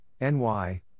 NY